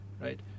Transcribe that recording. Right